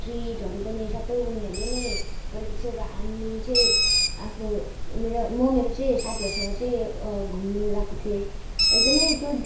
ट्रिटहरू पनि सबै उनेहरूले नै गरेको थियो र हामी चाहिँ आफ्नो मेरो म मेरो चाहिँ साथीहरूसँग चाहिँ घुम्नु गएको थिएँ एकदमै त्यो